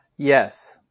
Yes